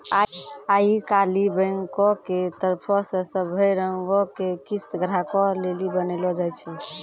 आई काल्हि बैंको के तरफो से सभै रंगो के किस्त ग्राहको लेली बनैलो जाय छै